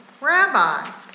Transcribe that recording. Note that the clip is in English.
Rabbi